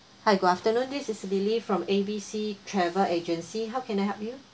hi good afternoon this is lily from A B C travel agency how can I help you